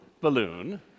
balloon